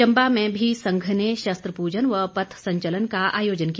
चंबा में भी संघ ने शस्त्र पूजन व पथ संचलन का आयोजन किया